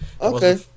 Okay